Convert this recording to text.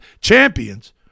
champions